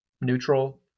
neutral